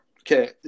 okay